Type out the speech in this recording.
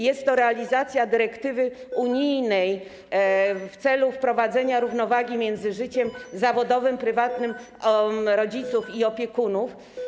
Jest to realizacja dyrektywy unijnej w celu wprowadzenia równowagi między życiem zawodowym i prywatnym rodziców i opiekunów.